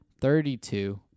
thirty-two